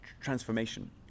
transformation